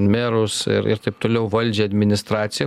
merus ir ir taip toliau valdžią administraciją